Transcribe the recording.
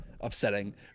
Upsetting